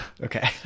Okay